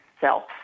self